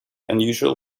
unusual